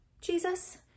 Jesus